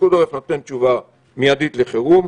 פיקוד העורף נותן תשובה מיידית לחירום.